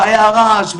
והיה רעש,